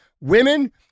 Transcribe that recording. Women